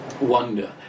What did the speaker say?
wonder